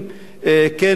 כן או לא.